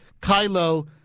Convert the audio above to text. Kylo